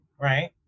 right